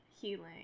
healing